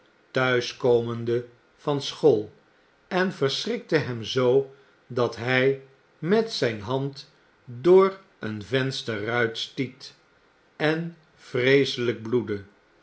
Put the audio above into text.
komende van school en verschrikte hem zoo dat hij met zyn hand door een vensterruit stiet en vreeselyk bloedde